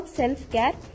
self-care